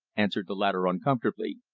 answered the latter uncomfortably.